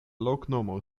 loknomo